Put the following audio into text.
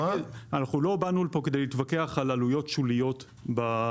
אנחנו לא באנו לפה כדי להתווכח על עלויות שוליות בעניין הזה.